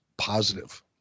positive